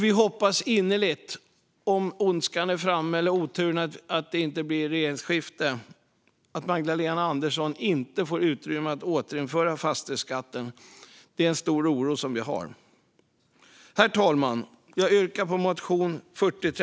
Vi hoppas innerligt - om ondskan eller oturen är framme, så att det inte blir ett regeringsskifte - att Magdalena Andersson inte får utrymme att återinföra fastighetsskatten. Det är en stor oro som vi har.